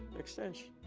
extension.